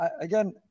Again